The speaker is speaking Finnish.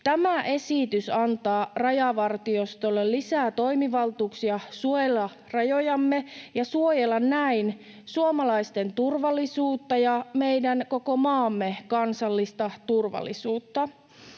Tämä esitys antaa Rajavartiostolle lisää toimivaltuuksia suojella rajojamme ja suojella näin suomalaisten turvallisuutta ja meidän koko maamme kansallista turvallisuutta.